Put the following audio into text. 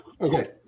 okay